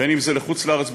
אם לחוץ-לארץ,